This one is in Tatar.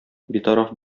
битараф